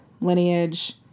lineage